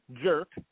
Jerk